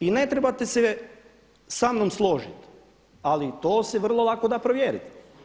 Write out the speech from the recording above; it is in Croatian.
I ne trebate se sa mnom složiti, ali to se vrlo lako da provjeriti.